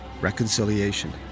reconciliation